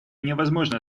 невозможно